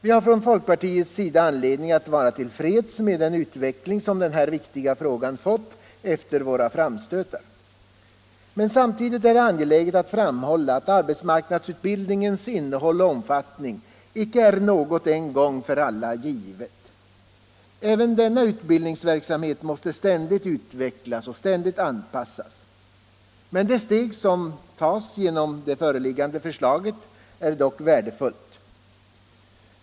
Vi har från folkpartiets sida anledning att vara till freds med den utveckling som denna viktiga fråga har fått efter våra framstötar. Men samtidigt är det angeläget att framhålla att arbetsmarknadsutbildningens innehåll och omfattning icke är något en gång för alla givet. Även denna utbildningsverksamhet måste ständigt utvecklas och anpassas. Det steg som tas genom det föreliggande förslaget är dock värdefullt.